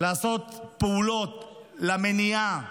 לעשות פעולות למניעה,